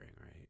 Right